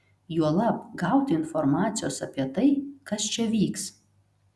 juolab gauti informacijos apie tai kas čia vyks